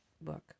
book